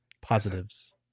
Positives